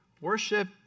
Worship